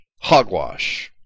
hogwash